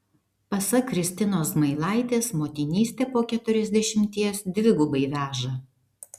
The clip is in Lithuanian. pasak kristinos zmailaitės motinystė po keturiasdešimties dvigubai veža